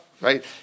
right